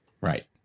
right